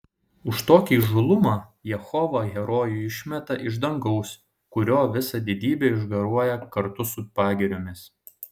už tokį įžūlumą jehova herojų išmeta iš dangaus kurio visa didybė išgaruoja kartu su pagiriomis